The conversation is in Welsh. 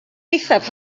eithaf